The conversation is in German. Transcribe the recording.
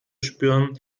spüren